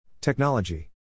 Technology